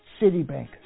Citibank